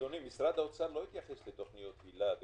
אדוני, משרד האוצר לא התייחס לתוכניות היל"ה וקרב.